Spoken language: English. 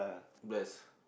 best